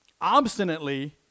obstinately